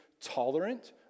tolerant